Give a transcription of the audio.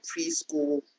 preschool